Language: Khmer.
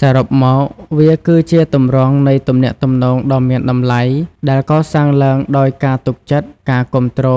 សរុបមក វាគឺជាទម្រង់នៃទំនាក់ទំនងដ៏មានតម្លៃដែលកសាងឡើងដោយការទុកចិត្ត ការគាំទ្រ